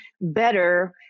better